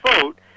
vote